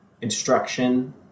instruction